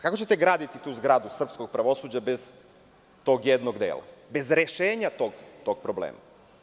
Kako ćete graditi tu zgradu srpskog pravosuđa bez tog jednog dela, bez rešenja tog problema?